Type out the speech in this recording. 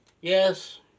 Yes